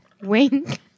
Wink